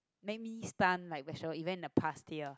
make me stunt like vegetable it went the past year